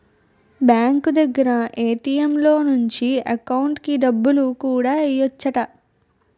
bank దగ్గర ATM లో నుంచి ఎకౌంటుకి డబ్బులు కూడా ఎయ్యెచ్చట